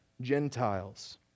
Gentiles